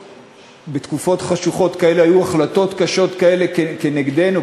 כשבתקופות חשוכות כאלה היו החלטות קשות כאלה נגדנו,